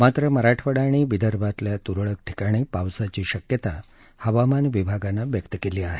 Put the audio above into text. मात्र मराठवाडा आणि विदर्भातल्या तुरळक ठिकाणी पावसाची शक्यता हवामान विभागानं व्यक्त केली आहे